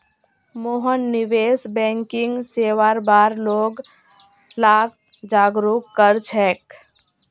मोहन निवेश बैंकिंग सेवार बार लोग लाक जागरूक कर छेक